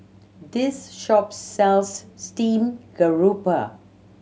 this shop sells steamed garoupa